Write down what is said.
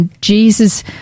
Jesus